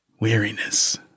weariness